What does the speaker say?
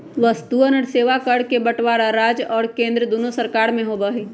वस्तुअन और सेवा कर के बंटवारा राज्य और केंद्र दुन्नो सरकार में होबा हई